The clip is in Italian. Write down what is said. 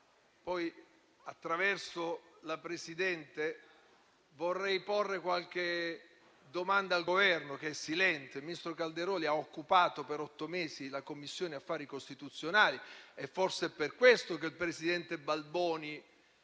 attraverso la Presidente, vorrei porre qualche domanda al Governo, che è silente. Il ministro Calderoli ha occupato per otto mesi la Commissione affari costituzionali e forse è per questo che il presidente Balboni